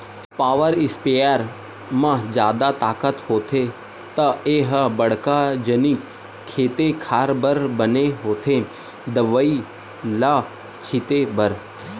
power sprayer म जादा ताकत होथे त ए ह बड़का जनिक खेते खार बर बने होथे दवई ल छिते बर